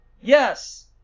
Yes